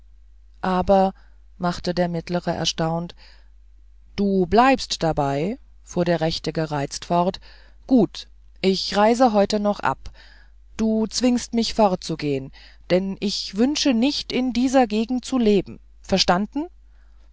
aber machte der mittlere maler erstaunt du bleibst dabei fuhr der rechte gereizt fort gut ich reise heute noch ab du zwingst mich fortzugehen denn ich wünsche nicht in dieser gegend zu leben verstanden